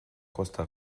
costa